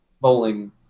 bowling